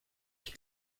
ich